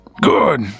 Good